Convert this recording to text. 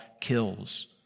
kills